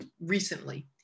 recently